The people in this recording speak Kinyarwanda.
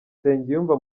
nsengiyumva